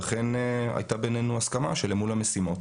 ואכן הייתה בינינו הסכמה שלמול המשימות